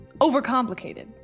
Overcomplicated